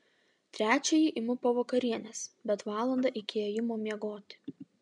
trečiąjį imu po vakarienės bet valandą iki ėjimo miegoti